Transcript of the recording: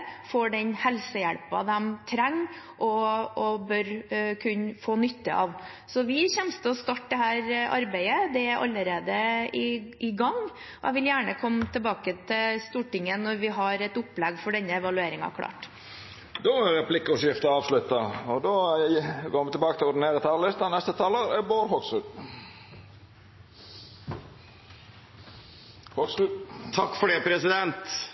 får den helsehjelpen de trenger og bør kunne få nytte av. Så vi kommer til å starte dette arbeidet. Det er allerede i gang. Jeg vil gjerne komme tilbake til Stortinget når vi har et opplegg klart for denne evalueringen. Då er replikkordskiftet avslutta. Dei talarane som heretter får ordet, har òg ei taletid på inntil 3 minutt. Dette er en kjempevanskelig debatt, for det